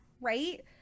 Right